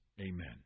Amen